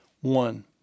one